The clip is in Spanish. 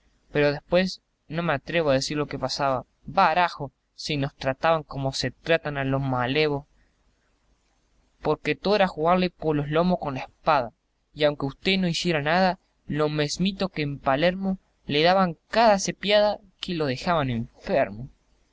pero después no me atrevo a decir lo que pasaba barajo si nos trataban como se trata a malevos porque todo era jugarle por los lomos con la espada y aunque usté no hiciera nada lo mesmito que en palermo le daban cada cepiada que lo dejaban enfermo